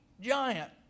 giant